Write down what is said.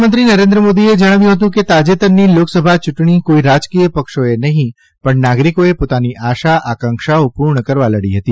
પ્રધાનમંત્રી નરેન્દ્ર મોદીએ જણાવ્યું હતું કે તાજેતરની લોકસભા યુંટણી કોઈ રાજકીય પક્ષોએ નહી પણ નાગરીકોએ પોતાની આશા આકાંક્ષાઓ પુર્ણ કરવા લડી હતી